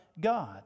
God